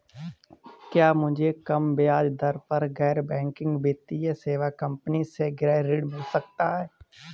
क्या मुझे कम ब्याज दर पर गैर बैंकिंग वित्तीय सेवा कंपनी से गृह ऋण मिल सकता है?